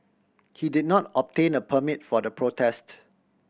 he did not obtain a permit for the protests